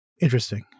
interesting